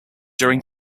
during